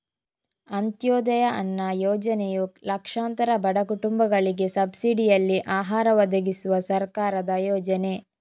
ಅಂತ್ಯೋದಯ ಅನ್ನ ಯೋಜನೆಯು ಲಕ್ಷಾಂತರ ಬಡ ಕುಟುಂಬಗಳಿಗೆ ಸಬ್ಸಿಡಿನಲ್ಲಿ ಆಹಾರ ಒದಗಿಸುವ ಸರ್ಕಾರದ ಯೋಜನೆ